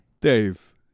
Dave